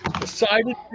decided